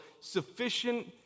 sufficient